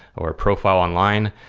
or a profile online,